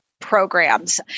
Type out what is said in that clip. Programs